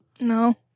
No